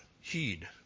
heed